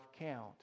count